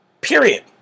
Period